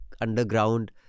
underground